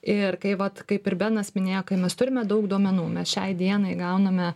ir kai vat kaip ir benas minėjo kai mes turime daug duomenų mes šiai dienai gauname